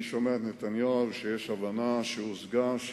אני שומע את נתניהו שיש הבנה שהושגה,